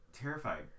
terrified